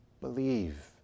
Believe